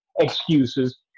excuses